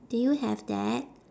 do you have that